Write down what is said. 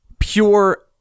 Pure